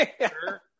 sure